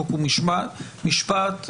חוק ומשפט,